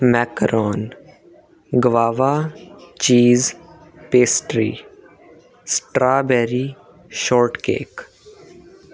macaron guava cheese pastry strawberry short cake